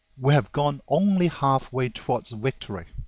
we have gone only halfway towards victory.